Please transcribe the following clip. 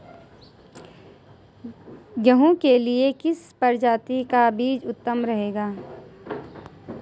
गेहूँ के लिए किस प्रजाति का बीज उत्तम रहेगा?